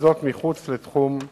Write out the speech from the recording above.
וזאת מחוץ לתחום הנמל.